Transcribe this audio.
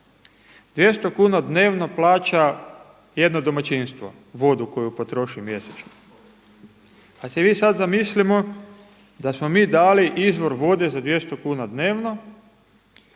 200 kuna dnevno plaća jedno domaćinstvo vodu koju potroši mjesečno, pa si mi sad zamislimo da smo mi dali izvor vode za 200 kuna dnevno